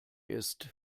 ist